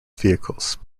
vehicles